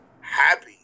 happy